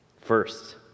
first